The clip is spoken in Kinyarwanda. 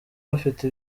bafite